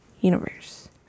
universe